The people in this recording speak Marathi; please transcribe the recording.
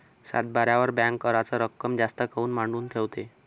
सातबाऱ्यावर बँक कराच रक्कम जास्त काऊन मांडून ठेवते?